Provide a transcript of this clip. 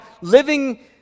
living